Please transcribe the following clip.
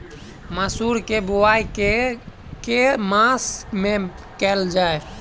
मसूर केँ बोवाई केँ के मास मे कैल जाए?